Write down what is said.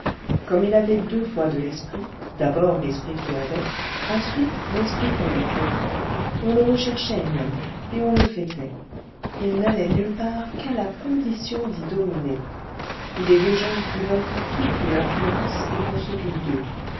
comme il avait deux fois de l'esprit d'abord l'esprit qu'il avait ensuite l'esprit qu'on lui prêtait on le recherchait même et on le fêtait il n'allait nulle part qu'à la condition d'y dominer il est des gens qui veulent à tout prix l'influence et qu'on s'occupe d'eux